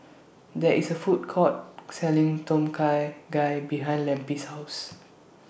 There IS A Food Court Selling Tom Kha Gai behind Lempi's House